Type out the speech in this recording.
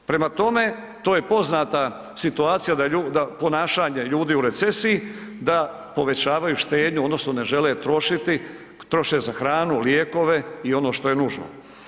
Prema tome, to je poznata situacija da ponašanje ljudi u recesiji da povećavaju štednju odnosno ne žele trošiti, troše za hranu, lijekove i ono što je nužno.